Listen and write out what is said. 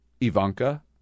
Ivanka